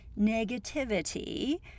negativity